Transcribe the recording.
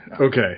Okay